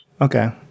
okay